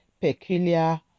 peculiar